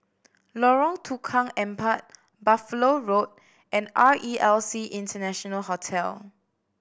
Lorong Tukang Empat Buffalo Road and R E L C International Hotel